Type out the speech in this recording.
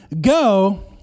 go